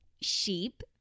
Sheep